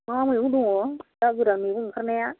मा मैगं दङ दा गोदान मैगं ओंखारनाया